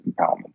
empowerment